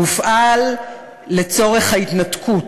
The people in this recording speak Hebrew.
הוא הופעל לצורך ההתנתקות,